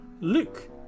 Luke